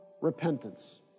repentance